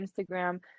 Instagram